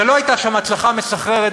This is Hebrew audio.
לא הייתה שם הצלחה מסחררת,